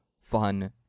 fun